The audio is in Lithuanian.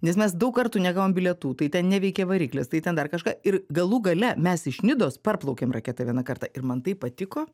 nes mes daug kartų negavom bilietų tai ten neveikė variklis tai ten dar kažką ir galų gale mes iš nidos parplaukėm raketa vieną kartą ir man taip patiko